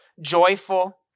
joyful